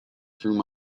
through